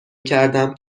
کردم